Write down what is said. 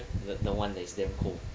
the the one that is damn cold